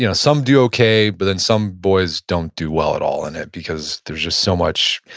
you know some do okay, but then some boys don't do well at all in it, because there's just so much,